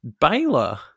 Baylor